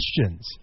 questions